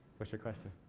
what's your question?